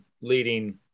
leading